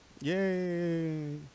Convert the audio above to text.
Yay